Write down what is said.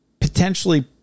potentially